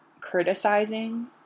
criticizing